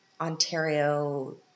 ontario